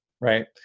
right